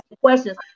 questions